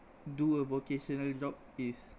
do a vocational job is